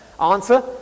Answer